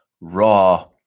Raw